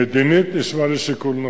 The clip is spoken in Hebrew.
מדינית זה נשמע לי שיקול נכון.